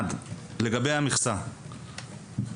שאלה לגבי המכסה,